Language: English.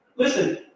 Listen